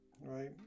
right